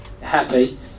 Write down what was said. happy